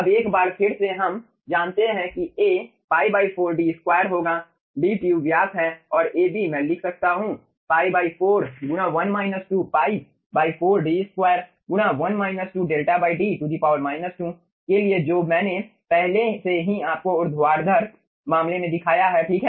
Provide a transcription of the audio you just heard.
अब एक बार फिर से हम जानते हैं कि A π 4 D2 होगा D ट्यूब व्यास है और Ab मैं लिख सकता हूं π 4 π 4 D2 1 2 𝛿 D 2 के लिए जो मैंने पहले से ही आपको ऊर्ध्वाधर मामले में दिखाया है ठीक है